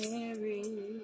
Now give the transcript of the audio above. Mary